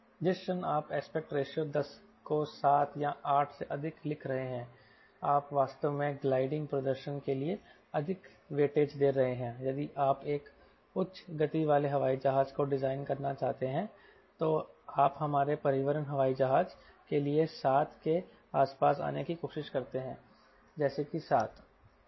जिस क्षण आप एस्पेक्ट रेशियो 10 को 7 या 8 से अधिक लिख रहे हैं आप वास्तव में ग्लाइडिंग प्रदर्शन के लिए अधिक वेटेज दे रहे हैं यदि आप एक उच्च गति वाले हवाई जहाज को डिजाइन करना चाहते हैं तो आप हमारे परिवहन हवाई जहाज के लिए 7 के आसपास आने की कोशिश करते हैं जैसे कि 7 ठीक